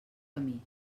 camí